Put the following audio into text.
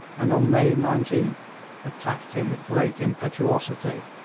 and on may nineteenth attacked him with great impetuosity,